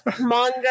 manga